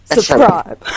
Subscribe